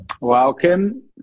Welcome